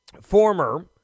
former